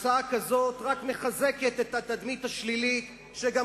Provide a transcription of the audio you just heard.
הצעה כזאת רק מחזקת את התדמית השלילית שגם